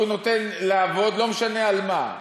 שהוא נותן לעבוד, לא משנה על מה,